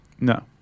No